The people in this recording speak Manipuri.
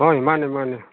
ꯍꯣꯏ ꯃꯥꯟꯅꯦ ꯃꯥꯟꯅꯦ